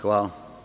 Hvala.